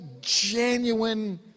genuine